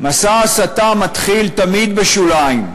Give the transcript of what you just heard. מסע הסתה מתחיל תמיד בשוליים,